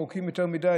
ארוכים יותר מדי.